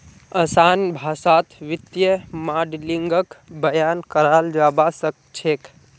असान भाषात वित्तीय माडलिंगक बयान कराल जाबा सखछेक